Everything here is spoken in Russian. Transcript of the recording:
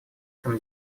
этом